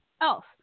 else